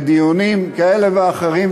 בדיונים כאלה ואחרים,